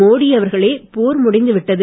மோடி அவர்களே போர் முடிந்து விட்டது